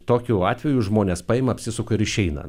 tokiu atveju žmonės paima apsisuka ir išeina